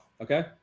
Okay